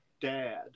dad